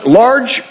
large